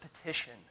petition